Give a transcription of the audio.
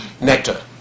nectar